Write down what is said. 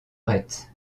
retz